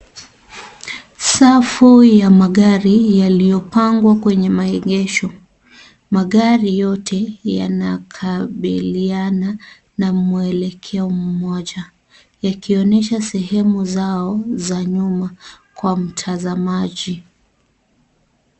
Safu ya magari yaliyopangwa kwenye maegesho, magari yote yanakabiliana na mwelekeo mmoja yakionyesha sehemu zao za nyuma kwa mtazamaji.